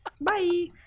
bye